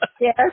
Yes